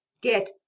get